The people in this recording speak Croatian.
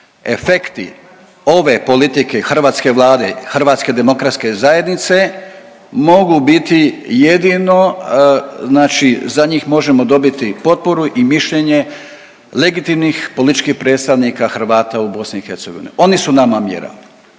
efekti ove politike hrvatske Vlade, HDZ-a mogu biti jedino znači za njih možemo dobiti potporu i mišljenje legitimnih političkih predstavnica Hrvata u BIH. Oni su nama mjera,